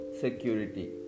security